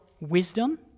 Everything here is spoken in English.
wisdom